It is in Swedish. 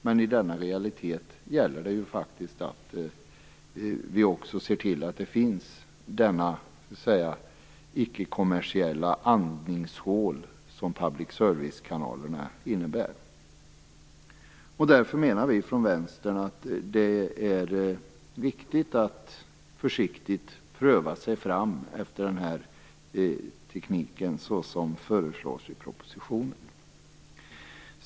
Men i denna realitet gäller det faktiskt att se till att också dessa icke-kommersiella andningshål finns som publice service-kanalerna innebär. Därför menar vi från Vänstern att det är viktigt att, såsom föreslås i propositionen, försiktigt pröva sig fram i fråga om den här tekniken.